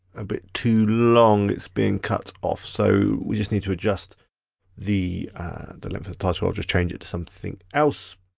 a bit too long, it's being cut off, so we just need to adjust the the length of the title. i'll just change it to something else.